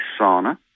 sauna